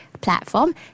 platform